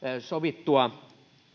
sovittua